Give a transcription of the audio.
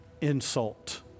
insult